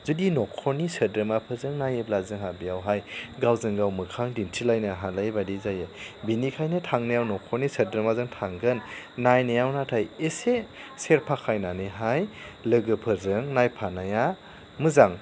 जुदि नखरनि सोद्रोमाफोरजों नायोब्ला जोंहा बेयावहाय गावजों गाव मोखां दिन्थिलायनो हालायै बादि जायो बेनिखायनो थांनायाव नखरनि सोद्रोमाजों थांगोन नायनायाव नाथाय एसे सेर फाखायनानैहाय लोगोफोरजों नायफानाया मोजां